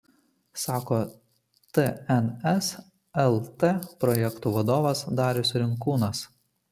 sako tns lt projektų vadovas darius rinkūnas